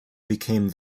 became